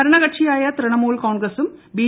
ഭരണ കക്ഷിയായ തൃണമൂൽ കോൺഗ്രസും ബി